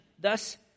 thus